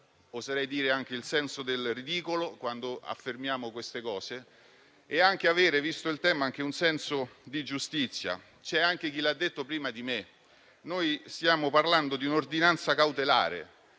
oserei dire - anche il senso del ridicolo quando affermiamo certe cose e avere, visto il tema, un senso di giustizia. C'è chi l'ha detto prima di me: noi stiamo parlando di un'ordinanza cautelare,